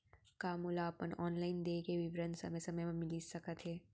का मोला अपन ऑनलाइन देय के विवरण समय समय म मिलिस सकत हे?